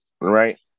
right